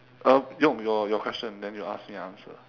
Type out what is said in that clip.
uh no your your question then you ask me I answer